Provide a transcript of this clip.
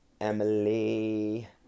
emily